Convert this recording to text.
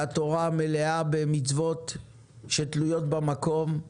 התורה מלאה במצוות שתלויות במקום,